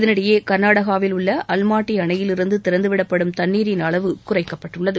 இதனிடையே கர்நாடகாவில் உள்ள அல்மாட்டி அணையிலிருந்து திறந்துவிடப்பட்டும் தண்ணீரின் அளவு குறைக்கப்பட்டுள்ளது